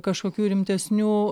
kažkokių rimtesnių